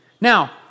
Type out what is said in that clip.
Now